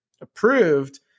approved